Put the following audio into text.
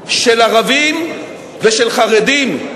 של ערבים ושל חרדים,